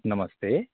नमस्ते